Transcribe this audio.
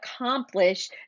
accomplish